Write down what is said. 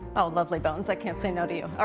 oh, lovely bones, i can't say no to you. ah